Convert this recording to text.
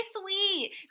sweet